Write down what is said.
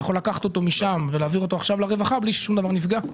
שאתה יכול לקחת אותו משם ולהעביר אותו עכשיו לרווחה בלי ששום דבר נפגע?